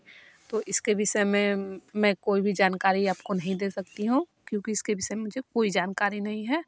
तो इसके विषय में मैं कोई भी जानकारी आपको नहीं दे सकती हूँ क्योंकि इसके विषय में मुझे कोई जानकारी नहीं है